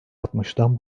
altmıştan